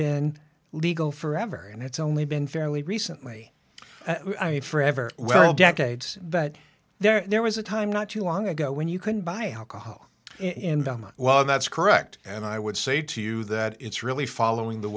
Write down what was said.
been legal forever and it's only been fairly recently a forever well decades but there was a time not too long ago when you couldn't buy alcohol in the well that's correct and i would say to you that it's really following the